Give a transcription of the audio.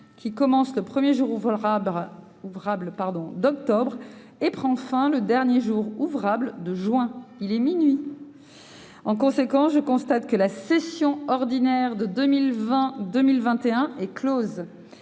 qui commence le premier jour ouvrable d'octobre et prend fin le dernier jour ouvrable de juin. » Il est minuit. En conséquence, je constate que la session ordinaire de 2020-2021 est close.